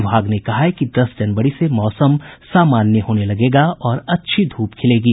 विभाग ने कहा है कि दस जनवरी से मौसम सामान्य होने लगेगा और अच्छी ध्रप खिलेगी